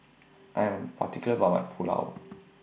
I Am particular about My Pulao